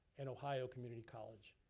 and ohio community college.